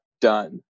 done